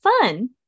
fun